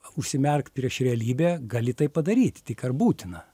užsimerkt prieš realybę gali tai padaryt tik ar būtina